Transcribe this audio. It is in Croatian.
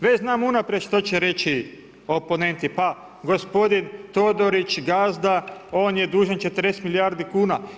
Već znam unaprijed što će reći oponenti, pa gospodin Todorić, Gazda, on je dužan 40 milijardi kuna.